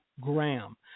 Graham